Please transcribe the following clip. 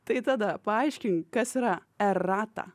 tai tada paaiškink kas yra erata